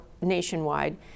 nationwide